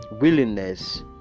willingness